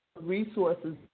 resources